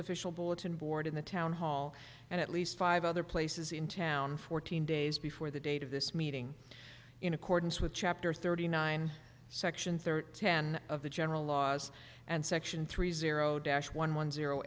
official bulletin board in the town hall and at least five other places in town fourteen days before the date of this meeting in accordance with chapter thirty nine section thirty one of the general laws and section three zero dash one one zero